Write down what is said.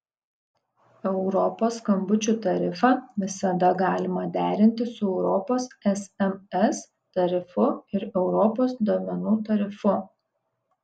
europos skambučių tarifą visada galima derinti su europos sms tarifu ir europos duomenų tarifu